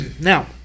Now